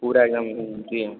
पूरा एकदम जी